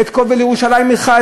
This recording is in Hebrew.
"ולירושלים עירך",